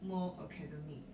more academic